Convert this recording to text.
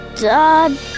Dad